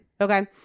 Okay